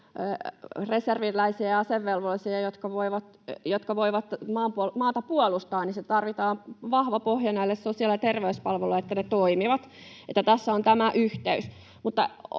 reserviläisiä ja asevelvollisia, jotka voivat maata puolustaa. Tarvitaan siis vahva pohja näille sosiaali- ja terveyspalveluille, että ne toimivat — että tässä on tämä yhteys.